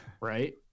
right